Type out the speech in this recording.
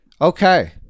okay